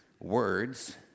words